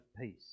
peace